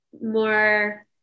more